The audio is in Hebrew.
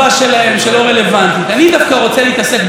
אני דווקא רוצה להתעסק בצביעות, ידידי השר.